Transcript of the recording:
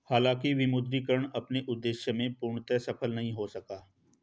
हालांकि विमुद्रीकरण अपने उद्देश्य में पूर्णतः सफल नहीं हो सका